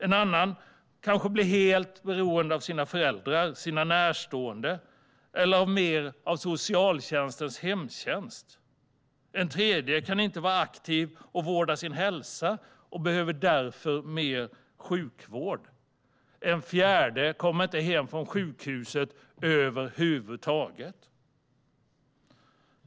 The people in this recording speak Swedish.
En annan kanske blir helt beroende av sina föräldrar, sina närstående eller av socialtjänstens hemtjänst. En tredje kan inte vara aktiv och vårda sin hälsa och behöver därför mer sjukvård. En fjärde kommer inte hem från sjukhuset över huvud taget.